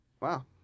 Wow